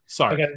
Sorry